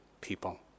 people